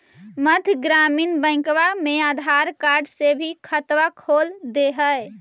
मध्य ग्रामीण बैंकवा मे आधार कार्ड से भी खतवा खोल दे है?